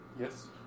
yes